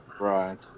Right